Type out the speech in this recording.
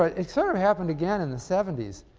but it sort of happened again in the seventy s.